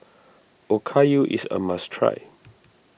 Okayu is a must try